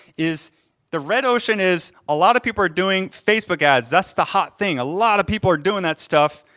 is the red ocean is a lot of people are doing facebook ads, that's the hot thing. a lot of people are doing that stuff,